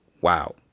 Wow